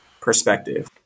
perspective